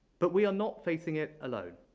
but we are not facing it alone.